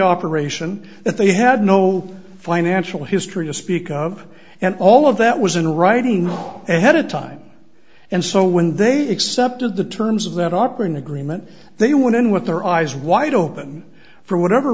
operation that they had no financial history to speak of and all of that was in writing and had a time and so when they accepted the terms of that operating agreement they went in with their eyes wide open for whatever